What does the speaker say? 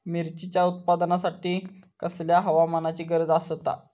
मिरचीच्या उत्पादनासाठी कसल्या हवामानाची गरज आसता?